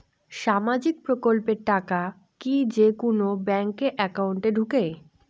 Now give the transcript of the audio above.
সামাজিক প্রকল্পের টাকা কি যে কুনো ব্যাংক একাউন্টে ঢুকে?